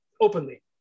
openly